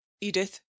Edith